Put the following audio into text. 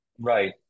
right